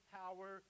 power